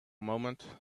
moment